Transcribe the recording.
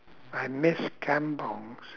I miss kampungs